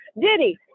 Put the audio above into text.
Diddy